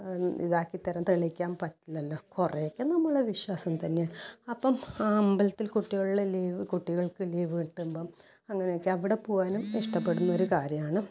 ഇതാക്കി തരാൻ തെളിയിക്കാൻ പറ്റില്ലലോ കുറെയൊക്കെ നമ്മുടെ വിശ്വാസം തന്നെ അപ്പം ആ അമ്പലത്തിൽ കുട്ടിയോള് ലീവ് കുട്ടികൾക്ക് ലീവ് കിട്ടുമ്പം അങ്ങനെയൊക്കെ അവിടെ പോവാനും ഇഷ്ടപ്പെടുന്ന ഒരു കാര്യമാണ്